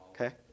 Okay